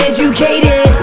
Educated